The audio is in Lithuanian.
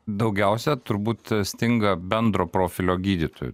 daugiausiai turbūt stinga bendro profilio gydytojų